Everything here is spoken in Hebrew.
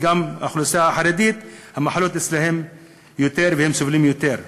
וגם באוכלוסייה החרדית הם סובלים יותר ממחלות.